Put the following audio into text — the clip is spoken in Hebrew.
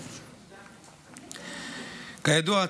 כידוע,